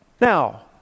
Now